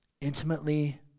intimately